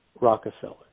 Rockefeller